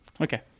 Okay